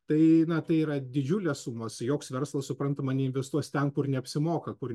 tai na tai yra didžiulės sumos joks verslas suprantama neinvestuos ten kur neapsimoka kur